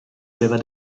beva